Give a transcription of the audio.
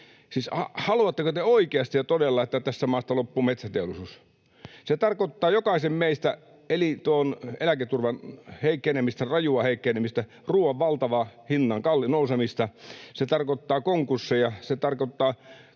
haluatteko te oikeasti ja todella, että tästä maasta loppuu metsäteollisuus? Se tarkoittaa jokaisen meistä eläketurvan heikkenemistä, rajua heikkenemistä, ruoan valtavaa hinnan nousemista, se tarkoittaa konkursseja, se tarkoittaa